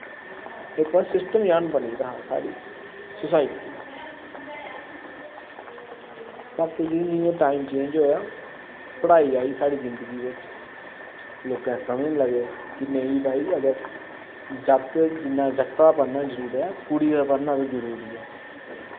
इक सिस्टम जन बनी दा हा साढ़ी सोसाईटी दा बाकी जि'यां जि'यां टाईम चेंज होआ पढ़ाई आई साढ़ी जिन्दगी बिच्च लोग समझन लगे नेईं भाई अगर जागत जिन्ना जागता दा पढ़ना जरूरी ऐ कुड़ी दा पढ़ना बी जरूरी ऐ